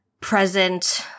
present